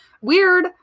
weird